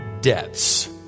debts